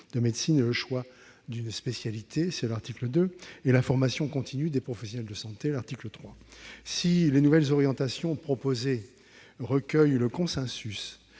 de médecine et le choix d'une spécialité- c'est l'article 2 -et la formation continue des professionnels de santé- c'est l'article 3. Si les nouvelles orientations proposées recueillent le consensus